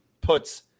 puts